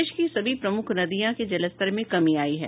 प्रदेश की सभी प्रमुख नदियां के जलस्तर में कमी आयी है